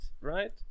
right